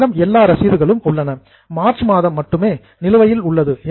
நம்மிடம் எல்லா ரசீதுகள் உள்ளன மார்ச் மாதம் மட்டுமே நிலுவையில் உள்ளது